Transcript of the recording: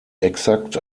exakt